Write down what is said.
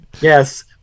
Yes